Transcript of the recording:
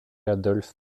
adolphe